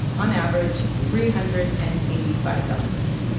on average, three hundred and eighty five dollars.